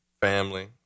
family